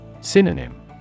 Synonym